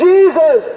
Jesus